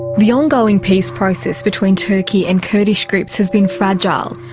the ongoing peace process between turkey and kurdish groups has been fragile.